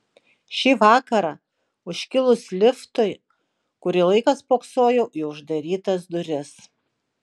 šį vakarą užkilus liftui kurį laiką spoksojau į uždarytas duris